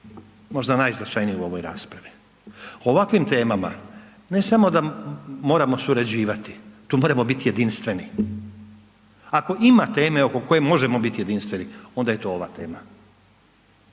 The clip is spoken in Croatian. Možda najznačajniju u ovoj raspravi. O ovakvim temama ne samo da moramo surađivati, tu moramo biti jedinstveni. Ako ima teme oko koje možemo biti jedinstveni, onda je to ova tema.